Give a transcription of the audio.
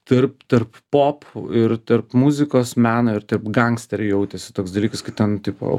tarp tarp pop ir tarp muzikos meno ir taip gangsteriai jautėsi toks dalykas kad ten tipo